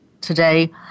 today